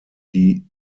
die